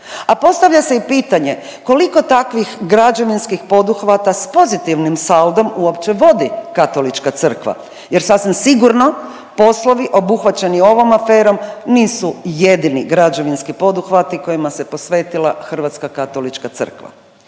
A postavlja se i pitanje koliko takvih građevinskih poduhvata sa pozitivnim saldom uopće vodi Katolička crkva, jer sasvim sigurno poslovi obuhvaćeni ovom aferom nisu jedini građevinski poduhvati kojima se posvetila Hrvatska katolička crkva.